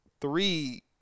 Three